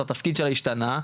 התפקיד שלה השתנה,